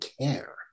care